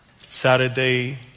Saturday